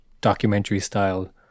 documentary-style